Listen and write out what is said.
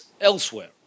elsewhere